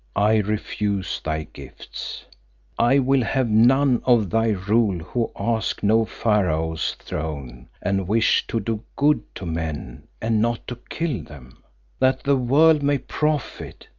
i refuse thy gifts i will have none of thy rule who ask no pharaoh's throne and wish to do good to men and not to kill them that the world may profit.